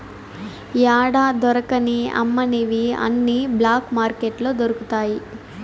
యాడా దొరకని అమ్మనివి అన్ని బ్లాక్ మార్కెట్లో దొరుకుతాయి